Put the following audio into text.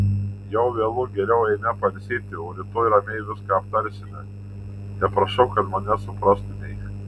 jau vėlu geriau eime pailsėti o rytoj ramiai viską aptarsime teprašau kad mane suprastumei